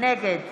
נגד